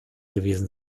gewesen